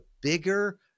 bigger